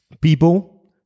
People